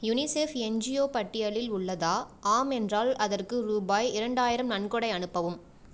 UNICEF NGO பட்டியலில் உள்ளதா ஆம் என்றால் அதற்கு ரூபாய் இரண்டாயிரம் நன்கொடை அனுப்பவும்